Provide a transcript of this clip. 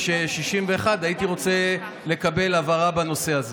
61. הייתי רוצה לקבל הבהרה בנושא הזה.